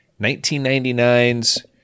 1999's